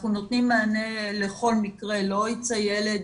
אנחנו נותנים מענה לכל מקרה, לא ייצא ילד